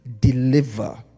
deliver